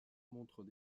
montrent